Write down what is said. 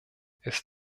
ist